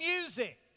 music